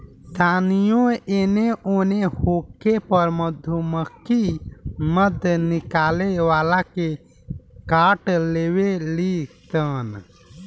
तानियो एने ओन होखे पर मधुमक्खी मध निकाले वाला के काट लेवे ली सन